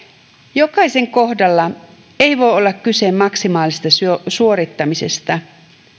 jokaisen kohdalla ei voi olla kyse maksimaalisesta suorittamisesta